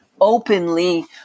openly